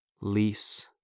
lease